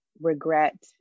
regret